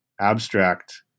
abstract